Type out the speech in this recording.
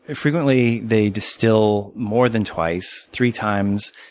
ah frequently, they distill more than twice, three times.